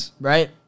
right